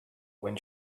when